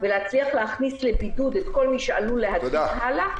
ולהצליח להכניס לבידוד את כל מי שעלול להדביק הלאה,